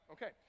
Okay